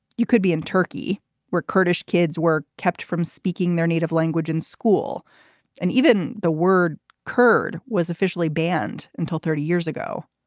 you could be in turkey where kurdish kids were kept from speaking their native language in school and even the word kurd was officially banned until thirty years ago.